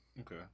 Okay